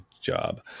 job